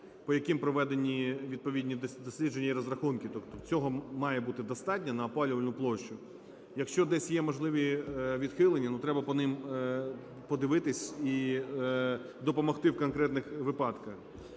по яким проведені відповідні дослідження і розрахунки. Цього має бути достатньо на опалювальну площу. Якщо десь є можливі відхилення, ну треба по ним подивитися і допомогти в конкретних випадках.